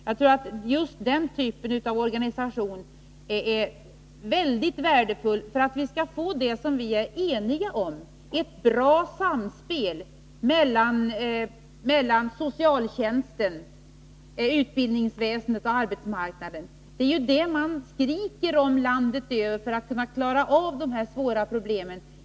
Jag tror att just den typen av organisation är mycket värdefull och viktig för att vi skall kunna få det som vi är eniga om: ett bra samspel mellan socialtjänsten, utbildningsväsendet och arbetsmarknaden. Det är ju ett bättre samarbete man ”skriker” efter landet över för att man skall kunna klara av de här svåra problemen.